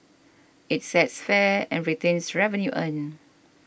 it sets fares and retains revenue earned